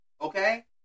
okay